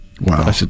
Wow